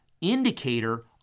indicator